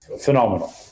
Phenomenal